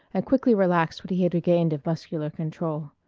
and quickly relaxed what he had regained of muscular control.